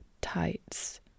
tights